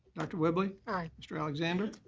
dr. whibley. aye. mr. alexander.